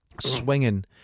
swinging